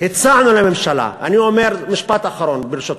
הצענו לממשלה, אני אומר משפט אחרון, ברשותך,